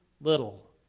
little